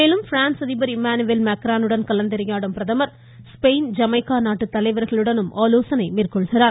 மேலும் பிரான்ஸ் அதிபா் இமானுவேல் மேக்ரானுடன் கலந்துரையாடும் பிரதமா் ஸ்பெயின் ஜமைக்கா நாட்டுத் தலைவர்களுடனும் ஆலோசனை மேற்கொள்கிறார்